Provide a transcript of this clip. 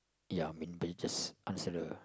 ya mainly just answer the